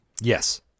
yes